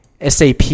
sap